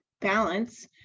balance